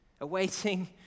awaiting